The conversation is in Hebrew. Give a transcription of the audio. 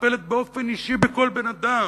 שמטפלת באופן אישי בכל בן-אדם